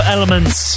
Elements